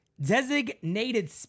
designated